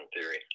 theory